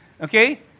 Okay